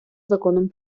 законом